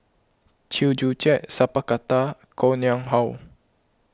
Chew Joo Chiat Sat Pal Khattar Koh Nguang How